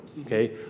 okay